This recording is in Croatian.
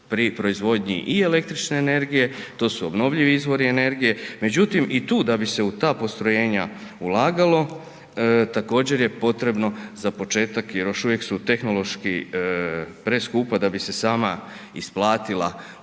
pri proizvodnji i električne energije, to su obnovljivi izvori energije. Međutim, i tu da bi se u ta postrojenja ulagalo, također je potrebno za početak, jer još uvijek su tehnološki preskupa da bi se sama isplatila